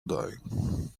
die